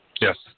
Yes